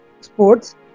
sports